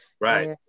Right